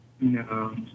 no